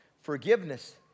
forgiveness